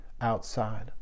outside